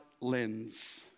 lens